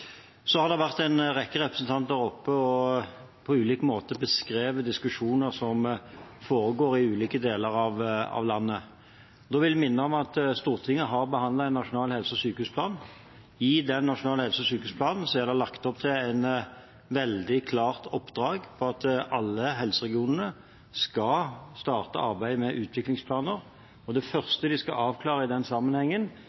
Så har en rekke representanter vært oppe og på ulik måte beskrevet diskusjoner som foregår i ulike deler av landet. Da vil jeg minne om at Stortinget har behandlet Nasjonal helse- og sykehusplan. I Nasjonal helse- og sykehusplan er det lagt opp til et veldig klart oppdrag for at alle helseregionene skal starte arbeidet med utviklingsplaner, og det